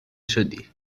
شدی